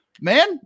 Man